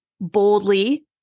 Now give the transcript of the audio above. boldly